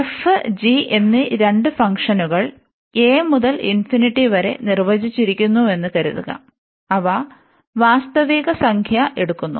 f g എന്നി രണ്ട് ഫംഗ്ഷനുകൾ a മുതൽ വരെ നിർവചിച്ചിരിക്കുന്നുവെന്നു കരുതുക അവ വാസ്തവിക സംഖ്യ എടുക്കുന്നു